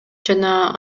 жана